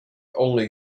only